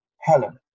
Helen